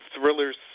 thrillers